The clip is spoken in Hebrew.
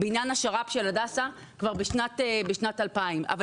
בעניין השר"פ של הדסה כבר בשנת 2000. אבל